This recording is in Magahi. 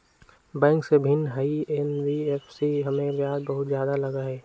बैंक से भिन्न हई एन.बी.एफ.सी इमे ब्याज बहुत ज्यादा लगहई?